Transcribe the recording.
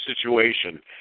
situation